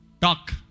Talk